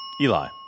Eli